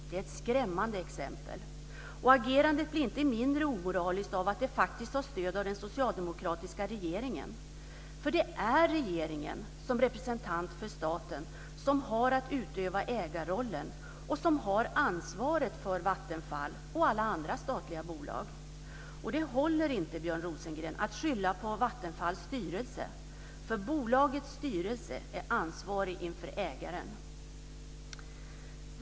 Det är ett skrämmande exempel. Agerandet blir inte mindre omoraliskt av att det faktiskt har stöd av den socialdemokratiska regeringen. Det är nämligen regeringen, som representant för staten, som har att utöva ägarrollen och som har ansvaret för Vattenfall och alla andra statliga bolag. Det håller inte, Björn Rosengren, att skylla på Vattenfalls styrelse. Bolagets styrelse är ansvarig inför ägaren.